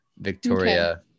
Victoria